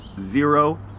zero